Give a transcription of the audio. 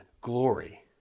glory